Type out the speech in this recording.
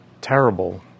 terrible